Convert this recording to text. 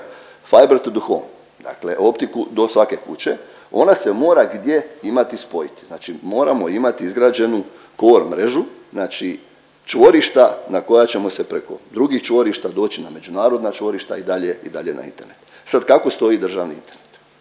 se ne razumije./…dakle optiku do svake kuće ona se mora gdje imati spojiti, znači moramo imati izgrađenu Core mrežu, znači čvorišta na koja ćemo se preko drugih čvorišta doći na međunarodna čvorišta i dalje i dalje na Internet. Sad kako stoji državni Internet?